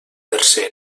tercer